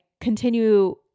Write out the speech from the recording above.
continue